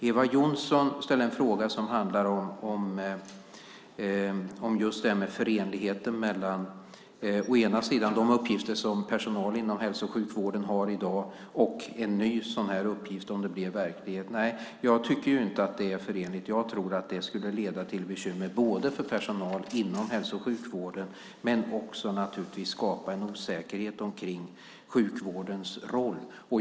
Eva Johnsson ställde en fråga som handlar om just förenligheten mellan å ena sidan de uppgifter som personal inom hälso och sjukvården har i dag och å andra sidan en ny uppgift, om detta blir verklighet. Nej, jag tycker inte att det är förenligt. Jag tror att det skulle leda till bekymmer för personal inom hälso och sjukvården och även naturligtvis skapa en osäkerhet omkring sjukvårdens roll.